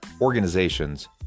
organizations